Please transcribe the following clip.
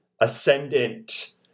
ascendant